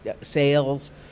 sales